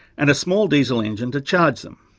and a small diesel engine to charge them.